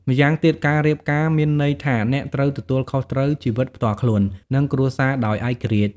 ម្យ៉ាងទៀតការរៀបការមានន័យថាអ្នកត្រូវទទួលខុសត្រូវជីវិតផ្ទាល់ខ្លួន និងគ្រួសារដោយឯករាជ្យ។